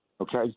Okay